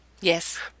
Yes